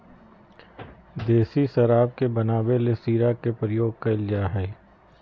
देसी शराब के बनावे ले शीरा के प्रयोग कइल जा हइ